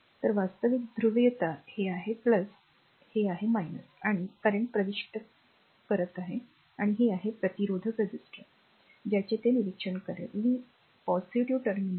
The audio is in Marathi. तर वास्तविक ध्रुवीयता हे आहे हे आहे आणि current प्रविष्ट करा पहा हे एक प्रतिरोधक आहे ज्याचे ते निरीक्षण करेल